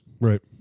Right